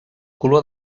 color